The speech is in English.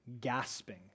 gasping